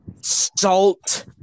salt